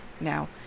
Now